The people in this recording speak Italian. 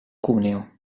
cuneo